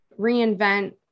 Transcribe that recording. reinvent